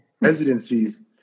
Residencies